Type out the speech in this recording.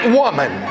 woman